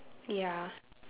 ya